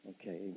Okay